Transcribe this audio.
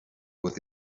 with